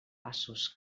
passos